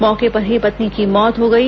मौके पर ही पत्नी की मौत हो गई